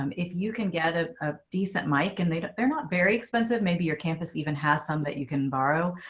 um if you can get ah a decent mike and they're not very expensive. maybe your campus even has some that you can borrow.